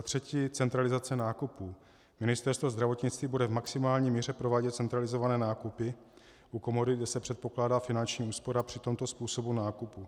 3. centralizace nákupů Ministerstvo zdravotnictví bude v maximální míře provádět centralizované nákupy u komodit, kde se předpokládá finanční úspora při tomto způsobu nákupu.